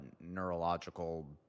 neurological